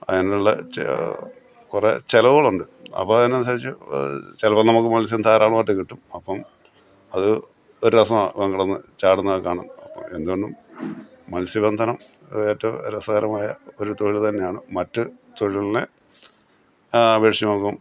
അതിനുള്ള ചെ കുറെ ചെലവുകളുണ്ട് അപ്പോള് അതിനനുസരിച്ച് ചിലപ്പോള് നമുക്ക് മത്സ്യം ധാരാളമായിട്ട് കിട്ടും അപ്പോള് അത് ഒരു രസമാണ് അവന് കിടന്ന് ചാടുന്നതൊക്കെ കാണാൻ എന്തുകൊണ്ടും മത്സ്യബന്ധനം ഏറ്റവും രസകരമായ ഒരു തൊഴിൽ തന്നെയാണ് മറ്റ് തൊഴിലുകളിനെ അപേക്ഷിച്ച് നോക്കും